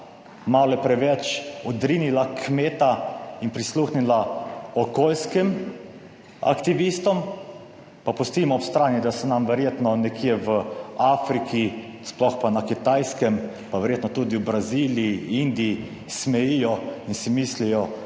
malo preveč odrinila kmeta in prisluhnila okoljskim aktivistom. Pa pustimo ob strani, da se nam verjetno nekje v Afriki, sploh pa na Kitajskem, pa verjetno tudi v Braziliji, Indiji smejijo in si mislijo,